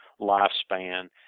lifespan